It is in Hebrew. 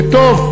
וטוב,